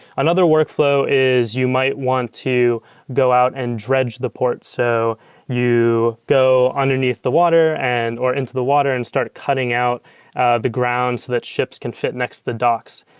another workflow is you might want to go out and dredge the port. so you go underneath the water and or into the water and start cutting out ah the grounds that ships can fit next to the docks.